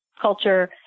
culture